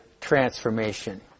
transformation